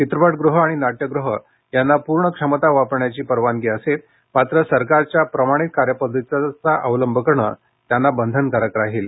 चित्रपट ग्रहं आणि नाट्यगृहं यांना पूर्ण क्षमता वापरण्याची परवानगी असेल मात्र सरकारच्या प्रमाणित कार्यपद्धतीचा अवलंब करणं त्यांना बंधनकारक राहील